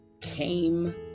came